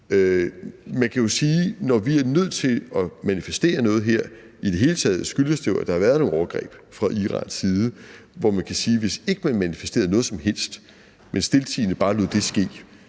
Man kan jo sige, at når vi er nødt til at manifestere noget her i det hele taget, skyldes det, at der har været nogle overgreb fra Irans side, hvor man kan sige, at hvis man ikke manifesterede noget som helst, men stiltiende bare lod det ske,